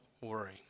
worry